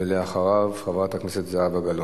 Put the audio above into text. מאז שאני נבחרתי לכנסת, עוד לפני כמה שנים, ועד